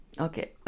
Okay